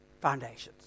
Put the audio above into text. foundations